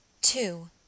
Two